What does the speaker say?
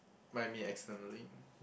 might be externally